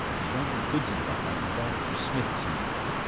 there's rather a good thing about that in barbecue-smith's new book.